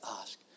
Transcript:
ask